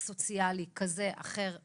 סוציאלי, כזה, אחר?